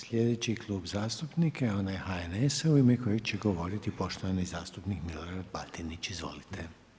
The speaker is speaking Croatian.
Sljedeći Klub zastupnika je onaj HNS-a u ime kojeg će govoriti poštovani zastupnik Milorad Batinić, izvolite.